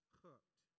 hooked